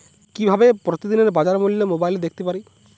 কিভাবে প্রতিদিনের বাজার মূল্য মোবাইলে দেখতে পারি?